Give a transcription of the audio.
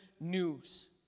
news